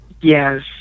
Yes